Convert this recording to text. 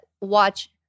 watch